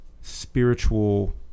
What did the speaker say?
spiritual